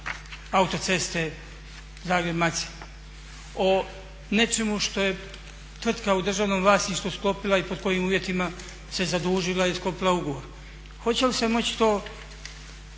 autoceste Zagreb – Macelj, o nečemu što je tvrtka u državnom vlasništvu sklopila i pod kojim uvjetima se zadužila i sklopila ugovor. Hoće li se moći to